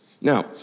Now